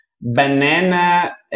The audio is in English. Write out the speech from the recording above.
banana